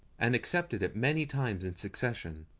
and accepted it many times in succession.